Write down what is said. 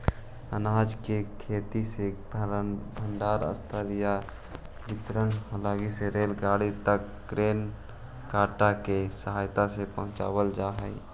अनाज के खेत से भण्डारणस्थल या वितरण हलगी रेलगाड़ी तक ग्रेन कार्ट के सहायता से पहुँचावल जा हई